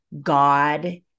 God